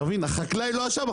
החקלאי לא אשם,